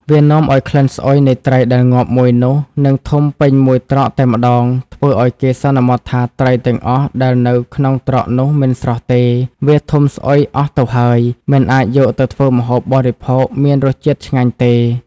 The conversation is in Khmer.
វានាំឱ្យក្លិនស្អុយនៃត្រីដែលងាប់មួយនោះនឹងធុំពេញមួយត្រកតែម្តង ធ្វើឲ្យគេសន្មត់ថាត្រីទាំងអស់ដែលនៅក្នុងត្រកនោះមិនស្រស់ទេ វាធុំស្អុយអស់ទៅហើយ មិនអាចយកទៅធ្វើម្ហូបបរិភោគមានរស់ជាតិឆ្ងាញ់ទេ។